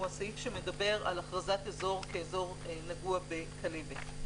הוא הסעיף שמדבר על הכרזת אזור כנגוע בכלבת.